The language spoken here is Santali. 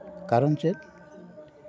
ᱠᱟᱨᱚᱱ ᱪᱮᱫ